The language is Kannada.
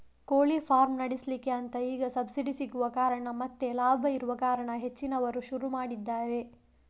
ಕೋಳಿ ಫಾರ್ಮ್ ನಡೆಸ್ಲಿಕ್ಕೆ ಅಂತ ಈಗ ಸಬ್ಸಿಡಿ ಸಿಗುವ ಕಾರಣ ಮತ್ತೆ ಲಾಭ ಇರುವ ಕಾರಣ ಹೆಚ್ಚಿನವರು ಶುರು ಮಾಡಿದ್ದಾರೆ